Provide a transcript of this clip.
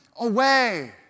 away